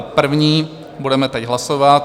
První budeme teď hlasovat.